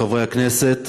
חברי הכנסת,